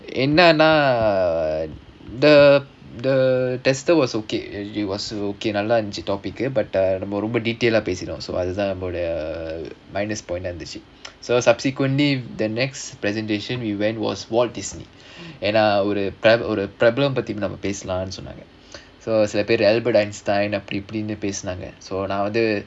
என்னனா:ennanaa the the tester was okay it was okay lah நல்லா இருந்துச்சு:nallaa irunthuchu so அதுதான் நம்முடைய:adhuthaan nammudaiya uh minus point ah இருந்துச்சு:irunthuchu so subsequently the next presentation we went was walt disney and uh ஏனா ஒரு:yaenaa oru problem பத்தி பேசலாம்னு சொன்னாங்க:pathi pesalaamnu sonnaanga albert einstein அப்டி இப்டினு பேசுனாங்க:apdi ipdinu pesunaanga